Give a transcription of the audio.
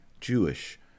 Jewish